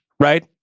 Right